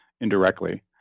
indirectly